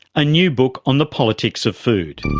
a new book on the politics of food.